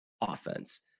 offense